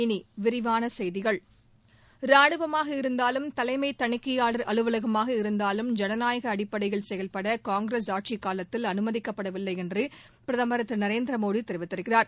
இனி விரிவான செய்திகள் ராணுவமாக இருந்தாலும் தலைமை தணிக்கையாளர் அலவலகமாக இருந்தாலும் ஜனநாயக அடிப்படையில் செயல்பட காங்கிரஸ் ஆட்சிக்காலத்தில் அனுமதிக்கப்படவில்லை என்று பிரதமர் திரு நரேந்திர மோடி கூறியிருக்கிறார்